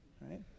right